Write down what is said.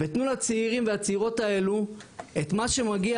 ותנו לצעירים והצעירות האלו את מה שמגיע